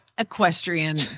Equestrian